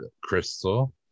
Crystal